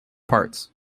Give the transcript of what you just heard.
parts